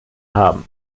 haben